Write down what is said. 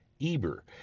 Eber